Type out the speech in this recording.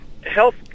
health